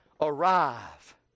arrive